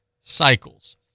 cycles